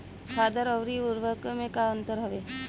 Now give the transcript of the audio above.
खादर अवरी उर्वरक मैं का अंतर हवे?